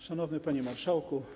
Szanowny Panie Marszałku!